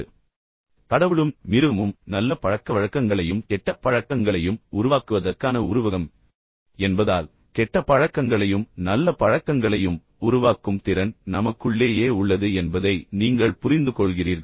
எனவே முடிவு கடவுளும் மிருகமும் நல்ல பழக்கவழக்கங்களையும் கெட்ட பழக்கங்களையும் உருவாக்குவதற்கான உருவகம் என்பதை நீங்கள் புரிந்து கொண்டால் எனவே கெட்ட பழக்கங்களையும் நல்ல பழக்கங்களையும் உருவாக்கும் திறன் நமக்குள்ளேயே உள்ளது என்பதை நீங்கள் புரிந்துகொள்கிறீர்கள்